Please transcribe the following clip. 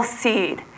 seed